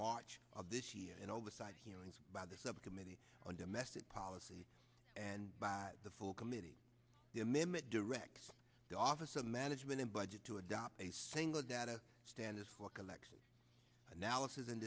march of this year and oversight hearings by the subcommittee on domestic policy and by the full committee the amendment directs the office of management and budget to adopt a single data standards for collection analysis and